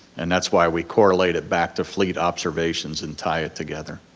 and that's why we correlate it back to fleet observations and tie it together.